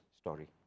story